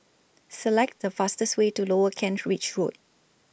Select The fastest Way to Lower Kent Ridge Road